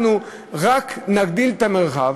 אנחנו רק נגדיל את המרחב.